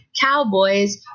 cowboys